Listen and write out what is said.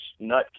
nutcase